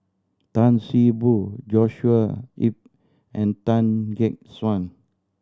Tan See Boo Joshua Ip and Tan Gek Suan